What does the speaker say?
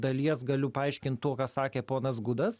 dalies galiu paaiškint tuo ką sakė ponas gudas